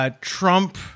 Trump